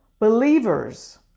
believers